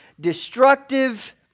destructive